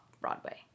Broadway